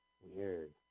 Weird